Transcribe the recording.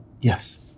Yes